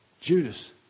Judas